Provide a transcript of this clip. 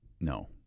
No